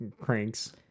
Cranks